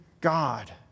God